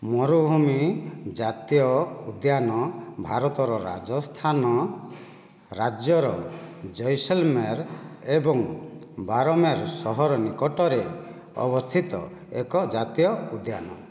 ମରୁଭୂମି ଜାତୀୟ ଉଦ୍ୟାନ ଭାରତର ରାଜସ୍ଥାନ ରାଜ୍ୟର ଜୈସଲମେର ଏବଂ ବାରମେର ସହର ନିକଟରେ ଅବସ୍ଥିତ ଏକ ଜାତୀୟ ଉଦ୍ୟାନ